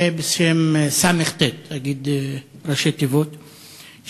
בשם ס"ט, נגיד בראשי תיבות.